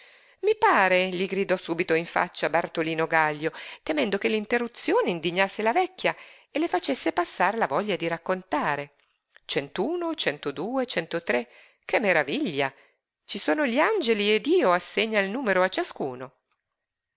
i pare gli gridò subito in faccia bartolino gaglio temendo che l'interruzione indignasse la vecchia e le facesse passar la voglia di raccontare centuno centodue centotré che maraviglia ci sono gli angeli e dio assegna il numero a ciascuno